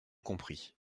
compris